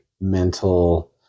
mental